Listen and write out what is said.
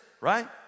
right